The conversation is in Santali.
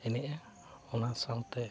ᱮᱱᱮᱡᱟ ᱚᱱᱟ ᱥᱟᱶᱛᱮ